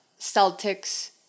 Celtics